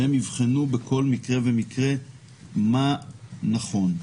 שהם יבחנו בכל מקרה ומקרה מה נכון.